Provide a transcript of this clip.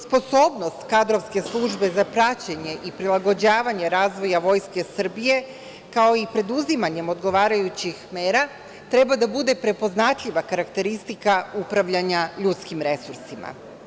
Sposobnost kadrovske službe za praćenje i prilagođavanje razvoja Vojske Srbije, kao i preduzimanjem odgovarajućih mera, treba da bude prepoznatljiva karakteristika upravljanja ljudskim resursima.